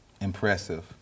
Impressive